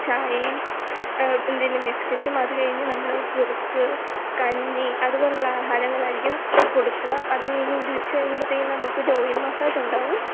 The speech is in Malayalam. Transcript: ചായയും എന്തെങ്കിലും ബിസ്കറ്റും അത് കഴിഞ്ഞ് നമ്മൾ കുറുക്ക് കഞ്ഞി അതുപോലെ ഉള്ള ആഹാരങ്ങളായിരിക്കും കൊടുക്കുക അപ്പോൾ അത് കഴിഞ്ഞൊരു ഉച്ച കഴിയുമ്പോഴത്തേനും നമുക്കൊരു ഓയിൽ മസാജ് ഉണ്ടാവും